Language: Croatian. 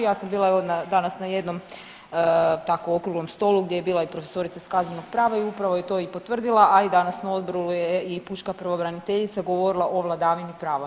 Ja sam bila, evo, danas na jednom tako, okruglom stolu gdje je bila i profesorica iz kaznenog prava i upravo je to i potvrdila, a i danas na odboru je i pučka pravobraniteljica govorila o vladavini prava.